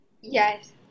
Yes